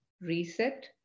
reset